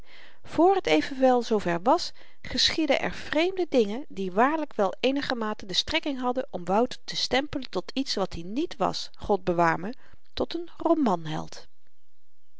voor t evenwel zoover was geschiedden er vreemde dingen die waarlyk wel eenigermate de strekking hadden om wouter te stempelen tot iets wat i niet was god bewaarme tot n romanheld